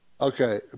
Okay